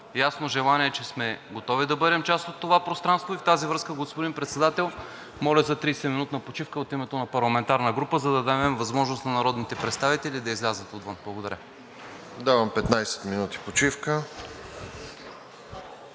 ясно желание, че сме готови да бъдем част от това пространство. В тази връзка, господин Председател, моля за 30-минутна почивка от името на парламентарна група, за да дадем възможност на народните представители да излязат отвън. Благодаря. ПРЕДСЕДАТЕЛ РОСЕН